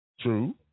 true